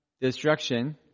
destruction